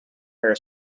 air